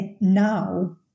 now